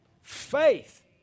Faith